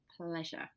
pleasure